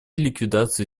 ликвидации